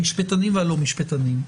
המשפטנים והלא משפטנים,